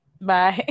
Bye